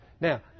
Now